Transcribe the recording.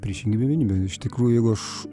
priešingybė vienybė iš tikrųjų jeigu aš